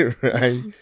right